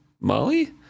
molly